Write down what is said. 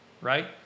right